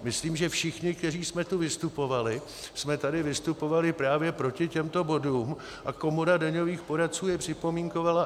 Myslím, že všichni, kteří jsme tu vystupovali, jsme tady vystupovali právě proti těmto bodům, a Komora daňových poradců je připomínkovala.